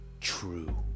true